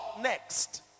Next